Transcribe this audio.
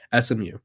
SMU